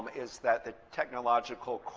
is that the technological,